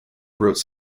wrote